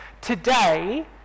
Today